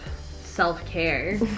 self-care